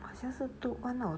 好像是 two month or